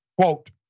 quote